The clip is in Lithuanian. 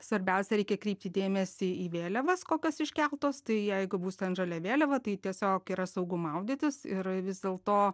svarbiausia reikia kreipti dėmesį į vėliavas kokios iškeltos tai jeigu bus ten žalia vėliava tai tiesiog yra saugu maudytis ir vis dėlto